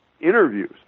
interviews